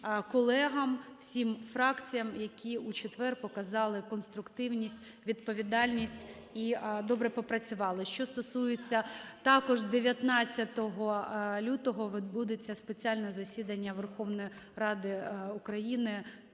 колегам, всім фракціям, які у четвер показали конструктивність, відповідальність і добре попрацювали. Що стосується… Також 19 лютого відбудеться спеціальне засідання Верховної Ради України,